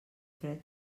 fred